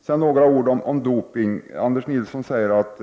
Sedan vill jag säga några ord om doping. Anders Nilsson säger att